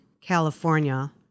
California